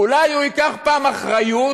אולי הוא ייקח פעם אחריות